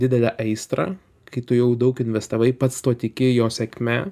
didelę aistrą kai tu jau daug investavai pats tuo tiki jo sėkme